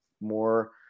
more